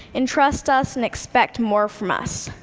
and trust us and expect more from us.